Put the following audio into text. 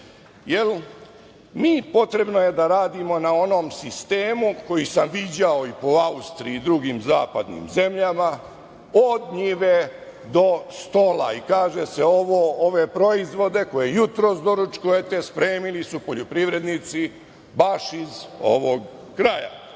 jel, potrebno je da radimo na onom sistemu koji sam viđao po Austriji i drugim zapadnim zemljama – od njive do stola. I kaže se – ove proizvode koje jutros doručkujete spremili su poljoprivrednici baš iz ovog kraja. Veoma